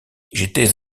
j’étais